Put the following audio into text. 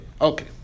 Okay